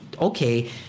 okay